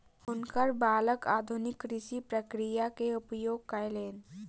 हुनकर बालक आधुनिक कृषि प्रक्रिया के उपयोग कयलैन